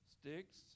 sticks